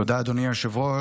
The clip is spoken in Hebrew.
תודה, אדוני היושב-ראש.